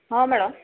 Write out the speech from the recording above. ହଁ ମ୍ୟାଡ଼ାମ୍